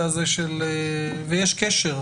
להחריג.